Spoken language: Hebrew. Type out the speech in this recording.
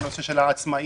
בנושא של העצמאים,